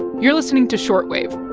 you're listening to short wave